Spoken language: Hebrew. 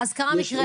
אז קרה מקרה,